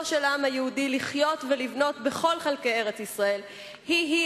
של העם היהודי לחיות ולבנות בכל חלקי ארץ-ישראל היא-היא